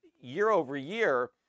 year-over-year